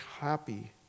happy